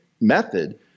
method